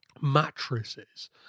mattresses